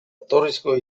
jatorrizko